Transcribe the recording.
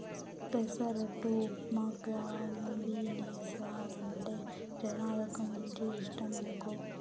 పెసరట్టు ఉప్మా కాంబినేసనంటే జనాలకు మంచి ఇష్టమనుకో